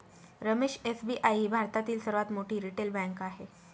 Ramesh SBI ही भारतातील सर्वात मोठी रिटेल बँक आहे